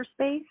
space